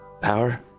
Power